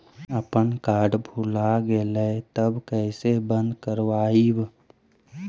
अपन कार्ड भुला गेलय तब कैसे बन्द कराइब?